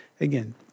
again